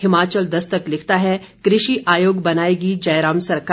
हिमाचल दस्तक लिखता है कृषि आयोग बनाएगी जयराम सरकार